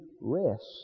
rest